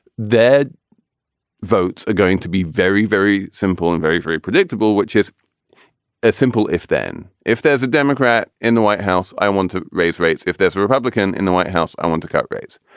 their votes are going to be very, very simple and very, very predictable, which is a simple if then if there's a democrat in the white house, i want to raise rates. if there's a republican in the white house, i want to cut rates.